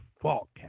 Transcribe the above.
fault